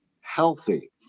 healthy